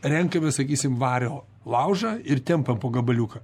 renkame sakysim vario laužą ir tempam po gabaliuką